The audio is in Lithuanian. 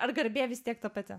ar garbė vis tiek ta pati